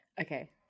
Okay